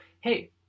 hey